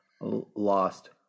lost